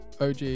OG